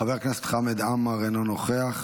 חבר הכנסת חמד עמאר, אינו נוכח.